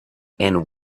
and